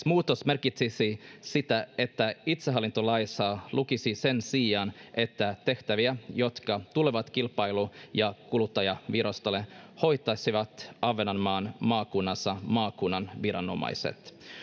muutos merkitsisi sitä että itsehallintolaissa lukisi sen sijaan että tehtäviä jotka tulevat kilpailu ja kuluttajavirastolle hoitaisivat ahvenanmaan maakunnassa maakunnan viranomaiset